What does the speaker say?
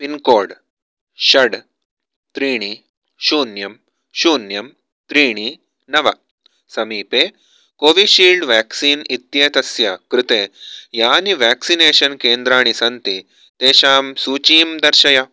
pincode षट् त्रीणि शून्यं शून्यं त्रीणि नव समीपे कोविशील्ड् व्याक्सीन् इत्येतस्य कृते यानि व्याक्सिनेषन् केन्द्राणि सन्ति तेषाम् सूचीं दर्शय